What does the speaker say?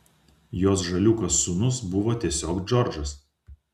jos žaliūkas sūnus buvo tiesiog džordžas